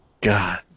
god